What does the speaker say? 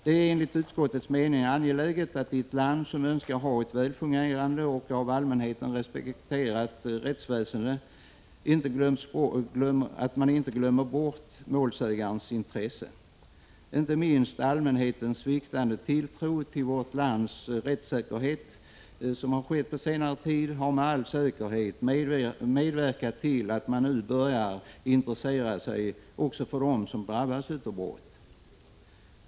Det är enligt utskottets mening angeläget att man i ett land, som önskar ha ett väl fungerande och av allmänheten respekterat rättsväsende, inte glömmer bort målsägandens intressen. Inte minst allmänhetens sviktande tilltro till vårt lands rättssäkerhet, som man kunnat konstatera under senare tid, har med all säkerhet medverkat till att man nu börjar intressera sig också för dem som drabbas av brott.